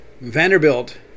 Vanderbilt